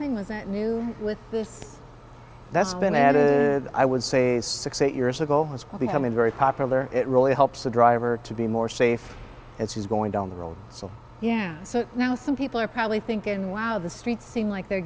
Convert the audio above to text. things that new with this that's been added i would say six eight years ago it's becoming very popular it really helps a driver to be more safe as he's going down the road so yeah so now some people are probably thinking wow the streets seem like they're